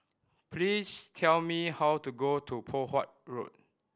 please tell me how to got to Poh Huat Road